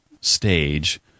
stage